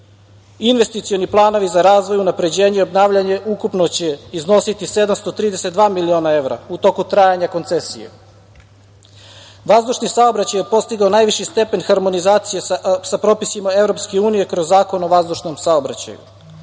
vrednosti. Investicioni planovi za razvoj, unapređenje, obnavljanje ukupno će iznositi 732 miliona evra u toku trajanja Koncesije. Vazdušni saobraćaj je postigao najviši stepen harmonizacije sa propisima Evropske unije kroz Zakon o vazdušnom saobraćaju,